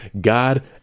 God